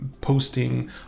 posting